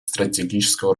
стратегического